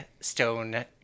stone